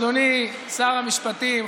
אדוני שר המשפטים,